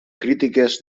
crítiques